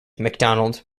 macdonald